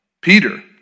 Peter